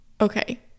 okay